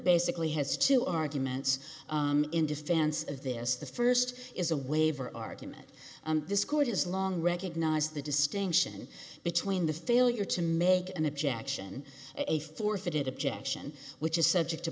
basically has two arguments in defense of this the first is a waiver argument this court has long recognized the distinction between the failure to make an objection a forfeited objection which is subject to